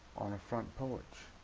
on a front porch.